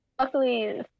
Luckily